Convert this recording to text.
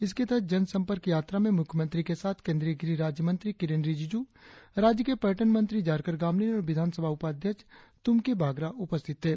इसके तहत जन संपर्क यात्रा में मुख्यमंत्री के साथ केंद्रीय गृह राज्य मंत्री किरेण रिजिजू राज्य के पर्यटन मंत्री जरकर गामलिन और विधान सभा उपाध्यक्ष तुमके बागरा उपस्थित थे